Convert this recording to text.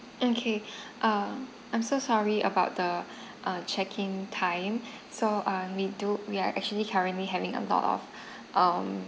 mm K uh I'm so sorry about the uh checking time so uh we do we are actually currently having a lot of um